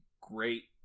great